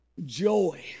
joy